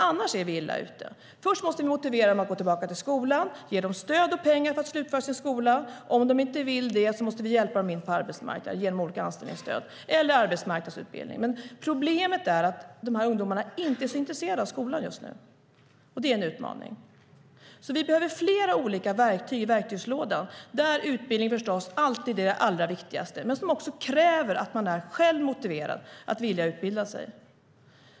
Annars är vi illa ute. Först måste vi motivera dem att gå tillbaka till skolan och ge dem stöd och pengar för att slutföra sin skola. Om de inte vill det måste vi hjälpa dem in på arbetsmarknaden genom olika anställningsstöd eller arbetsmarknadsutbildning. Problemet är att dessa ungdomar inte är så intresserade av skolan just nu. Det är en utmaning. Vi behöver flera olika verktyg i verktygslådan där utbildning förstås alltid är det viktigaste. Men det kräver att man själv är motiverad att vilja utbilda sig.